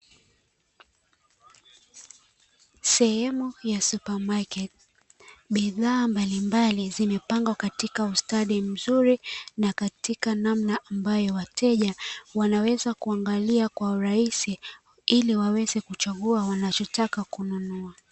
Sehemu ya supamaketi, bidhaa mbalimbali zimepangwa katika ustadi mzuri, na katika namna ambayo wateja wanaweza kuangalia kwa urahisi, ili waweze kuchagua wanachotaka kununua.